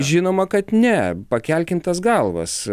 žinoma kad ne pakelkim tas galvas